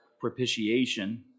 propitiation